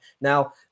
Now